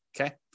okay